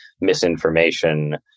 misinformation